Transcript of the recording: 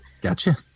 Gotcha